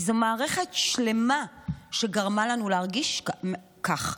כי זו מערכת שלמה שגרמה לנו להרגיש כך.